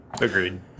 Agreed